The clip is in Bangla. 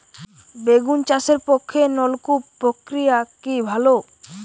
বেগুন চাষের পক্ষে নলকূপ প্রক্রিয়া কি ভালো?